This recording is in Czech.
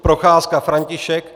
Procházka František